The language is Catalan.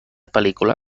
pel·lícula